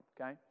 okay